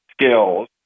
skills